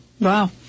Wow